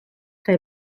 kaj